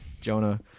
Jonah